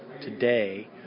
today